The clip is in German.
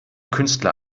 künstler